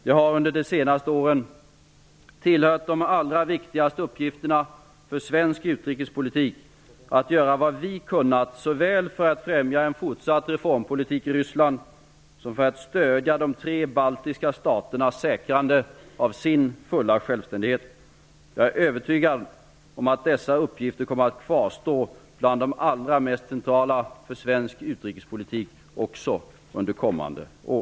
Det har under de senaste åren tillhört de allra viktigaste uppgifterna för svensk utrikespolitik att göra vad vi kunnat såväl för att främja en fortsatt reformpolitik i Ryssland som för att stödja de tre baltiska staternas säkrande av sin fulla självständighet. Jag är övertygad om att dessa uppgifter kommer att kvarstå bland de allra mest centrala för svensk utrikespolitik under kommande år.